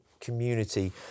community